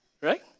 right